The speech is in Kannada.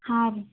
ಹಾಂ ರೀ